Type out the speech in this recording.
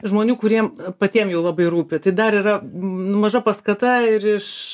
žmonių kuriem patiems jau labai rūpi tai dar yra maža paskata ir iš